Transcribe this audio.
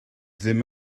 ddim